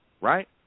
right